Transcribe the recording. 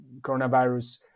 coronavirus